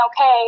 okay